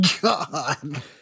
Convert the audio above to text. God